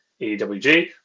EWG